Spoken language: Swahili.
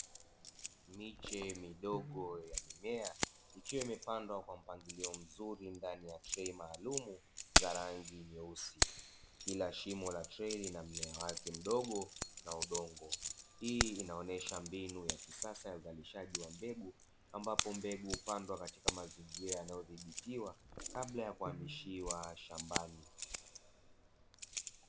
Miche midogo ya mimea ikiwa imepandwa kwa mpangilio mzuri ndani ya trei maalumu za rangi nyeusi, kila shimo la trei lina mmea wake mdogo na udongo. Hii inaonesha mbinu ya kisasa ya uzalishaji wa mbegu, ambapo mbegu hupandwa katika mazingira yaliyodhibitiwa, kabla ya kuhamishiwa shambani.